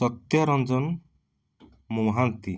Satyaranjan Mohanty